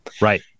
right